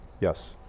Yes